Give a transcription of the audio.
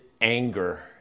anger